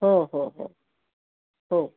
हो हो हो हो